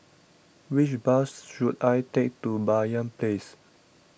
which bus should I take to Banyan Place